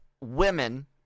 women